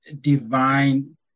divine